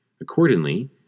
Accordingly